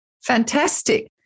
Fantastic